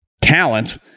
talent